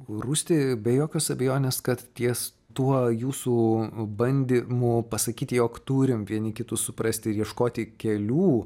rūsti be jokios abejonės kad ties tuo jūsų bandymu pasakyti jog turime vieni kitus suprasti ir ieškoti kelių